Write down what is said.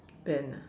pen ah